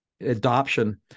adoption